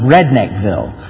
Redneckville